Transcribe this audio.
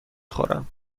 خورم